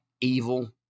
evil